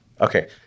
Okay